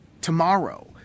tomorrow